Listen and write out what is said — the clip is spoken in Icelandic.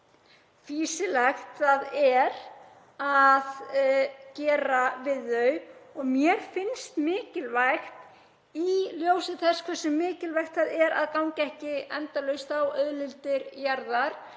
fýsilegt er að gera við þau. Mér finnst mikilvægt í ljósi þess hversu mikilvægt það er að ganga ekki endalaust á auðlindir jarðar